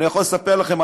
אני יכול לספר לכם,